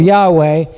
Yahweh